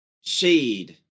shade